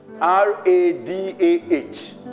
R-A-D-A-H